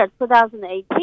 2018